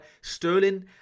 Sterling